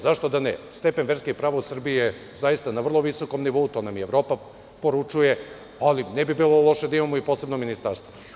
Zašto da ne, stepen verske Srbije je zaista na veoma visokom nivou, to nam i Evropa poručuje, ali ne bi bilo loše da imamo i posebno ministarstvo.